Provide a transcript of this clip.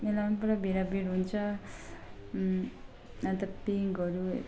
मेलामा पनि पुरा भिडाभिड हुन्छ मतलब पिङहरू